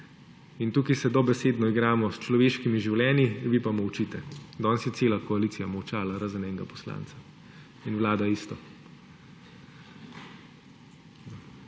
In tukaj se dobesedno igramo s človeškimi življenji, vi pa molčite. Danes je cela koalicija molčala, razen enega poslanca. In vlada isto.